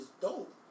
dope